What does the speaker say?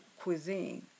cuisine